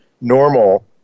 normal